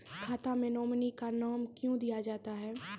खाता मे नोमिनी का नाम क्यो दिया जाता हैं?